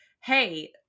hey